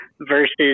versus